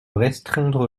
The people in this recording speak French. restreindre